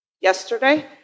yesterday